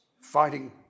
fighting